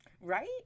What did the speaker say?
Right